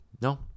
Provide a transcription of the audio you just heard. No